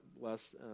bless